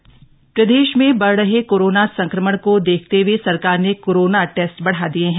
Covid update प्रदेश में बढ़ रहे कोरोना संक्रमण को देखते हए सरकार ने कोरोना टेस्ट बढ़ा दिये हैं